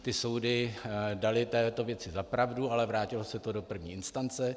Ty soudy daly této věci za pravdu, ale vrátilo se to do první instance.